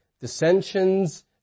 dissensions